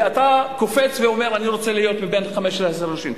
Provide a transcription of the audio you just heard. ואתה קופץ ואומר אני רוצה להיות בין 15 הראשונים.